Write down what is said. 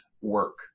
work